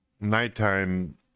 Nighttime